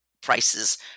prices